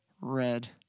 Red